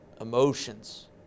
emotions